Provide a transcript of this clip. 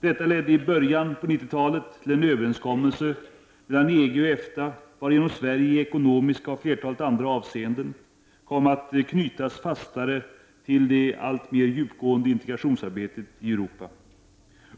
Detta ledde i början av 90-talet till en överenskommelse mellan EG och EFTA, varigenom Sverige i ekonomiska och flertalet andra avseenden kom att knytas fastare till det alltmer djupgående integrationsarbetet i Europa.